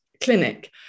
clinic